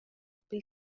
pil